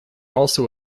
also